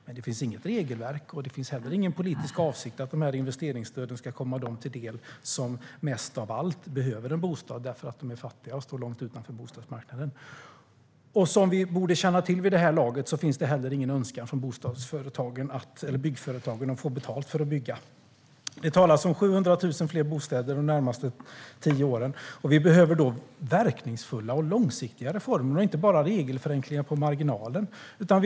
Men det finns inget regelverk, och det finns inte heller någon politisk avsikt om att dessa investeringsstöd ska komma dem till del som mest av allt behöver en bostad för att de är fattigast och står långt utanför bostadsmarknaden. Som vi borde känna till vid det här laget finns det inte heller någon önskan från byggföretagen att få betalt för att bygga. Det talas om 700 000 fler bostäder de närmaste tio åren. Vi behöver då verkningsfulla och långsiktiga reformer och inte bara regelförenklingar på marginalen.